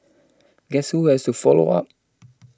guess who has to follow up